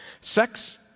Sex